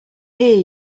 hear